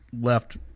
left